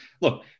look